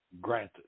granted